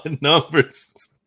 numbers